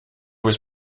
was